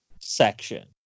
section